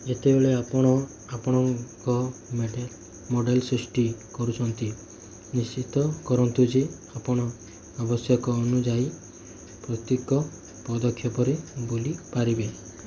ଯେତେବେଳେ ଆପଣ ଆପଣଙ୍କ ମେଡ଼େଲ୍ ମଡ଼େଲ୍ ସୃଷ୍ଟି କରୁଛନ୍ତି ନିଶ୍ଚିତ କରନ୍ତୁ ଯେ ଆପଣ ଆବଶ୍ୟକ ଅନୁଯାୟୀ ପ୍ରତ୍ୟେକ ପଦକ୍ଷେପରେ ବୁଲିପାରିବେ